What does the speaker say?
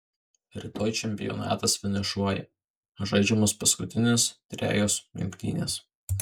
rytoj čempionatas finišuoja žaidžiamos paskutinės trejos rungtynės